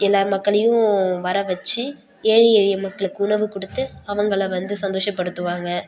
எல்லா மக்களையும் வரவச்சு ஏழை எளிய மக்களுக்கு உணவு கொடுத்து அவங்களை வந்து சந்தோஷப்படுத்துவாங்க